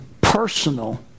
personal